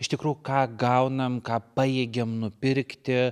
iš tikrųjų ką gaunam ką pajėgiam nupirkti